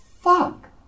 fuck